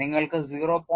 നിങ്ങൾക്ക് 0